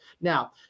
Now